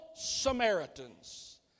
Samaritans